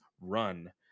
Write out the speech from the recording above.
run